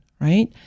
right